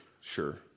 sure